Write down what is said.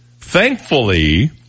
Thankfully